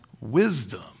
wisdom